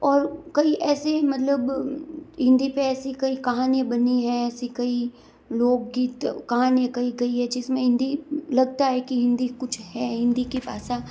और कई ऐसे मतलब हिन्दी पे ऐसी कई कहानियाँ बनी हैं ऐसी कई लोक गीत कहानियाँ कही गई हैं जिस से हिन्दी लगता है कि हिन्दी कुछ है हिन्दी की भाषा